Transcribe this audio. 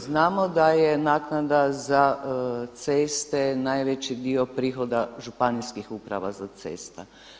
Znamo da je naknada za ceste najveći dio prihoda Županijskih uprava za ceste.